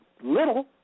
little